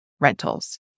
rentals